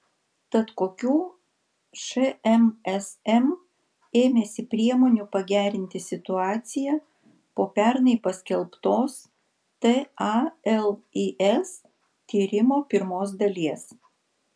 tad kokių šmsm ėmėsi priemonių pagerinti situaciją po pernai paskelbtos talis tyrimo pirmos dalies